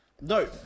No